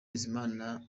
bizimana